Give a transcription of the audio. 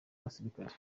abasirikare